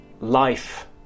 life